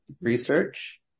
research